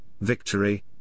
victory